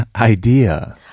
idea